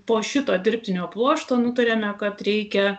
po šito dirbtinio pluošto nutarėme kad reikia